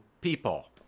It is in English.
people